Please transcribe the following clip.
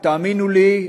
ותאמינו לי,